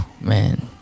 man